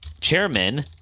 chairman